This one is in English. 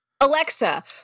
Alexa